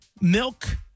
milk